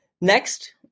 Next